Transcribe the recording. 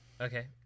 Okay